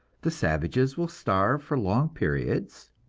the savages will starve for long periods,